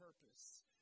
purpose